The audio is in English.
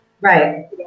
Right